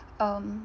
um